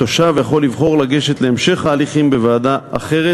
התושב יכול לבחור לגשת להמשך ההליכים בוועדה אחרת,